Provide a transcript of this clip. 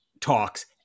talks